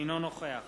אינו נוכח